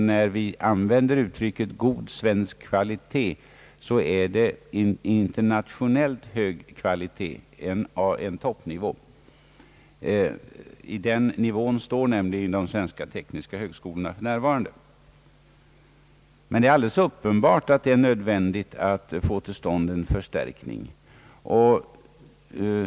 När vi använder uttrycket »god svensk kvalitet» är det en internationellt hög kvalitet, en toppnivå, som avses. På den nivån står nämligen de svenska tekniska högskolorna för närvarande. Men det är alldeles uppenbart att det är nödvändigt att få till stånd en förstärkning.